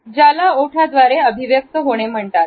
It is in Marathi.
ज्याला ओठांद्वारे अभिव्यक्त होणे म्हणतात